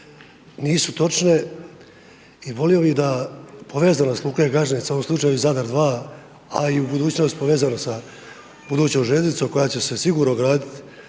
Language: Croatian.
nisu točke i volio bih da povezanost luke Gaženica, u ovom slučaju Zadar 2, a i u budućnosti povezano sa budućom željeznicom koja će se sigurno graditi